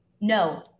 no